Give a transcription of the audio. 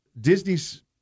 Disney's